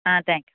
ஆ thank you